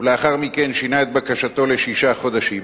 ולאחר מכן שינה את בקשתו לשישה חודשים.